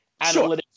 analytics